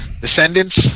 descendants